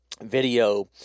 video